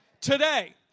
Today